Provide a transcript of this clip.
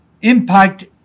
impact